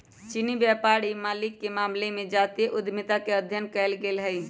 चीनी व्यापारी मालिके मामले में जातीय उद्यमिता के अध्ययन कएल गेल हइ